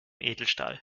edelstahl